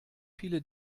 viele